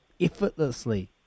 effortlessly